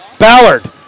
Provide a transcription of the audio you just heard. Ballard